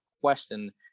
question